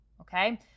Okay